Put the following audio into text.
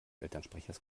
elternsprechers